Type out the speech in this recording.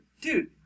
Dude